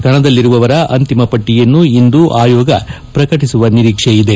ಕಣದಲ್ಲಿರುವವರ ಅಂತಿಮ ಪಟ್ಲಿಯನ್ನು ಇಂದು ಆಯೋಗ ಪ್ರಕಟಿಸುವ ನಿರೀಕ್ಷೆಯುದೆ